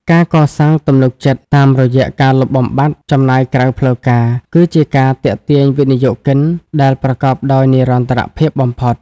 ការកសាងទំនុកចិត្តតាមរយៈការលុបបំបាត់ "ចំណាយក្រៅផ្លូវការ" គឺជាការទាក់ទាញវិនិយោគិនដែលប្រកបដោយនិរន្តរភាពបំផុត។